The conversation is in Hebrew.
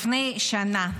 לפני שנה,